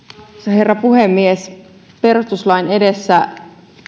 herra puhemies perustuslain edessä